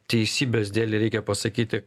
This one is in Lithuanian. teisybės dėlei reikia pasakyti